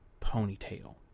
ponytail